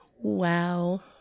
Wow